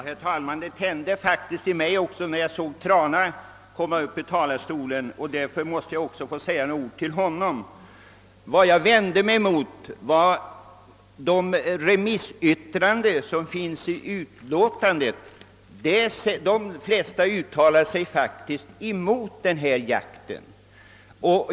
Herr talman! Det tände faktiskt också i mig när jag såg herr Trana komma upp i talarstolen. Därför måste jag få säga några ord till honom. Jag nämnde i mitt första inlägg de remissyttranden som finns införda i utlåtandet. De flesta av dessa uttalar sig faktiskt mot den här jakten på råbock.